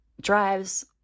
drives